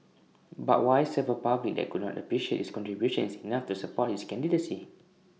but why serve A public that could not appreciate his contributions enough to support his candidacy